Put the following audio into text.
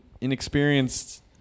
inexperienced